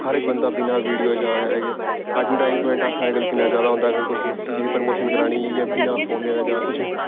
हर इक बंदा बिना वीडियो दे जा दा ऐड्वर्टाइज़्मन्ट आस्तै अज्जकल किन्ना जैदा होंदा कि परमोशन करानी जां बिना फोने दे जां कुछ